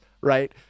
right